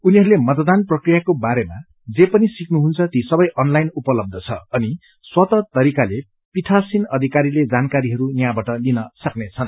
उनीहरूले मतदान प्रकियाको बारेमा जे पनि सिक्नु छ ती सबै अनलाइन उपलब्ध छ अनि स्वतः तरिकाले पीठासीन अधिकारीले जानकारीहरू यहाँबाट लिन सक्नेछन्